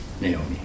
Naomi